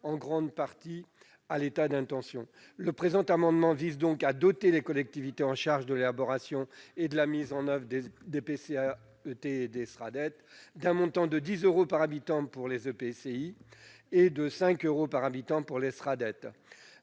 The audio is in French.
en grande partie, à l'état d'intentions. Le présent amendement vise donc à doter les collectivités chargées de l'élaboration et de la mise en oeuvre des PCAET et des Sraddet d'un montant de 10 euros par habitant pour les EPCI et de 5 euros par habitant pour les Sraddet.